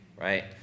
right